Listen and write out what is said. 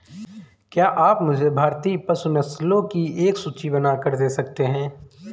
क्या आप मुझे भारतीय पशु नस्लों की एक सूची बनाकर दे सकते हैं?